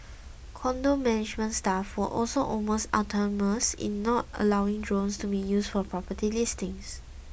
condo management staff were also almost in not allowing drones to be used for property listings